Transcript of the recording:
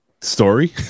story